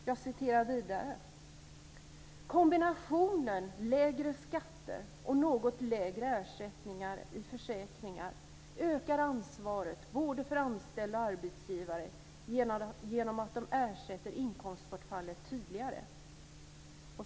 Jag citerar vidare: "Kombinationen lägre skatter och något lägre ersättningar i försäkringar ökar ansvar både för anställda och arbetsgivare genom att de ersätter inkomstborfallet tydligare."